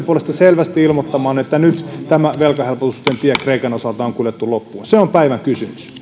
puolesta selvästi ilmoittamaan että nyt tämä velkahelpotusten tie kreikan osalta on kuljettu loppuun se on päivän kysymys